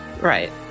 Right